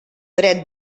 dret